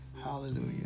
Hallelujah